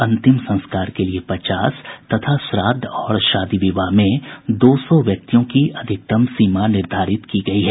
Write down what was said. अंतिम संस्कार के लिए पचास तथा श्राद्ध और शादी विवाह में दो सौ व्यक्तियों की अधिकतम सीमा निर्धारित की गयी है